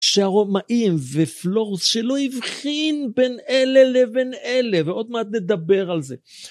שהרומאים ופלורוס שלא הבחינו בין אלה לבין אלה ועוד מעט נדבר על זה